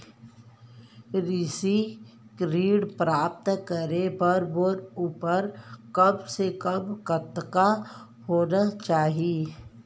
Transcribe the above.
कृषि ऋण प्राप्त करे बर मोर उमर कम से कम कतका होना चाहि?